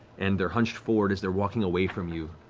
and they're hunched forward as they're walking away from you,